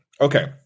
Okay